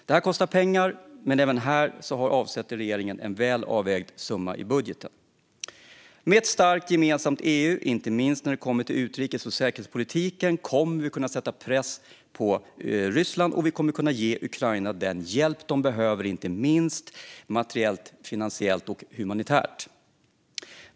Detta kostar pengar, men även här avsätter regeringen en väl avvägd summa i budgeten. Med ett starkt gemensamt EU, inte minst när det kommer till utrikes och säkerhetspolitiken, kommer vi att kunna sätta press på Ryssland och ge Ukraina den hjälp de behöver, inte minst materiellt, finansiellt och humanitärt.